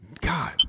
God